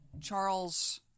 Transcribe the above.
Charles